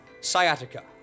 Sciatica